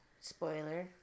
Spoiler